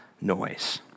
noise